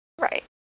Right